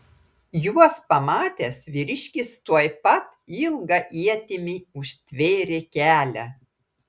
juos pamatęs vyriškis tuoj pat ilga ietimi užtvėrė kelią